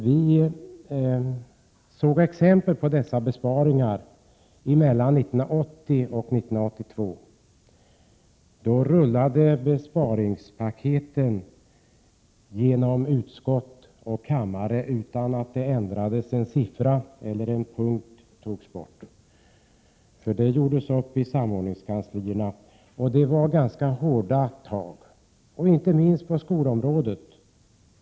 kammare utan att det ändrades en siffra och utan att någon punkt togs bort — allt gjordes upp i samordningskanslierna. Det var ganska hårda tag, inte minst på skolområdet.